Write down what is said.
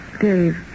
Dave